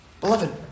Beloved